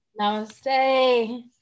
Namaste